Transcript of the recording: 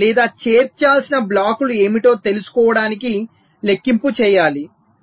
లేదా చేర్చాల్సిన బ్లాక్లు ఏమిటో తెలుసుకోవడానికి లెక్కింపు చేయాలి